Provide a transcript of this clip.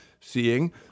seeing